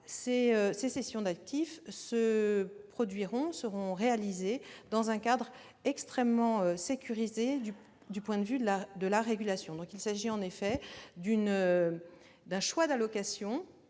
ces cessions d'actifs seront réalisées dans un cadre extrêmement sécurisé du point de vue de la régulation. Il s'agit effectivement d'un choix d'allocation